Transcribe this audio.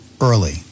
early